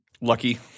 Lucky